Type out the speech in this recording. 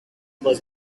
was